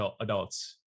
adults